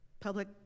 public